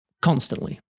constantly